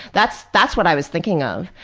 that's that's what i was thinking of.